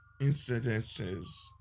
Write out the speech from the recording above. incidences